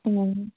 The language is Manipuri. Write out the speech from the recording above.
ꯎꯝ